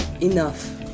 enough